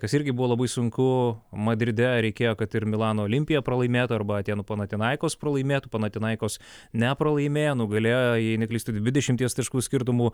kas irgi buvo labai sunku madride reikėjo kad ir milano olimpija pralaimėtų arba atėnų panathinaikos pralaimėtų panathinaikos nepralaimėjo nugalėjo jei neklystu dvidešimties taškų skirtumu